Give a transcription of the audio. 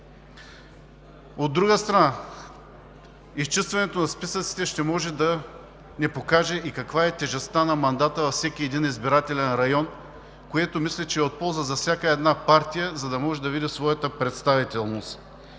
От друга страна, изчистването на списъците ще може да ни покаже и каква е тежестта на мандата във всеки един избирателен район, което мисля, че е от полза за всяка една партия, за да може да види своята представителност.